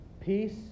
Peace